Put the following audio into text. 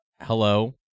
hello